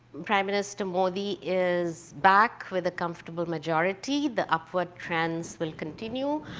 prime minister modi is back with a comfortable majority, the upward trends will continue,